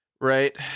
Right